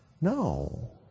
No